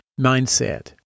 mindset